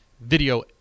video